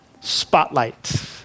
spotlight